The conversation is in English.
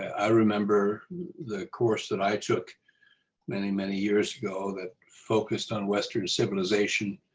i remember the course that i took many, many years ago that focused on western civilization,